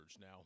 Now